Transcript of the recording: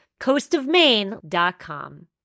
coastofmaine.com